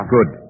Good